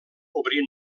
obrir